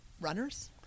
runners